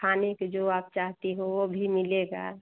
खाने के जो आप चाहती हो वह भी मिलेगा